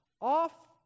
off